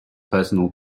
personal